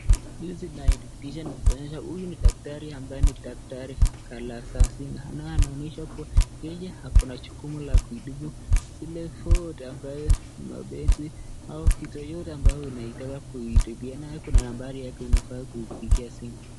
Hizi zina dhibithisha zaonesha huyu ni daktari ambaye ni daktari Galazinga naye anaonyesha kuwa yeye ako na jukumu la kutibu zile [foot] ambaye ni mapenzi au kitu yeyote ambayo inataka kuiribia nayo kuna nambari yake unafaa kumpigia simu.